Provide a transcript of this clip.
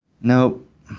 Nope